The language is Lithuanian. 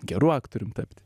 geru aktorium tapti